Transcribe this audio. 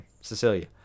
Cecilia